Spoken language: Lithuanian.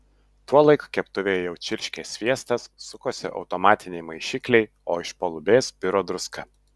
tuolaik keptuvėje jau čirškė sviestas sukosi automatiniai maišikliai o iš palubės biro druska